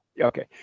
Okay